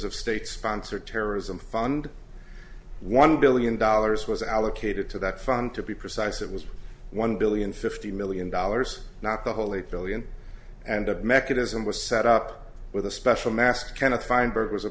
of state sponsored terrorism fund one billion dollars was allocated to that fund to be precise it was one billion fifty million dollars not the whole eight billion and a mechanism was set up with a special master kind of feinberg was a